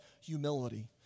humility